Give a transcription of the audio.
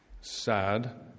sad